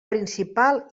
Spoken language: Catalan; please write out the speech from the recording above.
principal